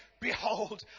Behold